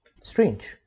Strange